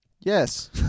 Yes